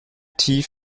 tief